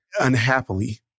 unhappily